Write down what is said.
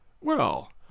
Well